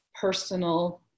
personal